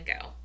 go